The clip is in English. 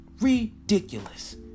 ridiculous